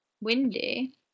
Windy